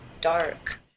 dark